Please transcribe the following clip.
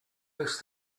this